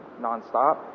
nonstop